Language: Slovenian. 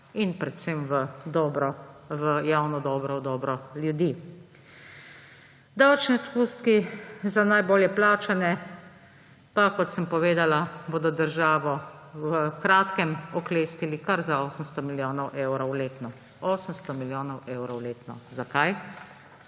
in predvsem v dobro, v javno dobro, v dobro ljudi. Davčni odpustki za najbolje plačane pa, kot sem povedala, bodo državo v kratkem oklestili kar za 800 milijonov evrov letno. 800 milijonov evrov letno. Zakaj?